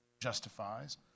justifies